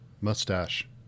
mustache